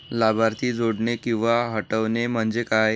लाभार्थी जोडणे किंवा हटवणे, म्हणजे काय?